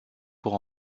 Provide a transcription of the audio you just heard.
pour